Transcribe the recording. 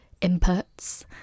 inputs